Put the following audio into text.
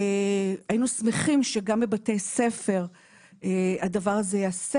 היינו שמחים שגם בבתי ספר הדבר הזה ייעשה.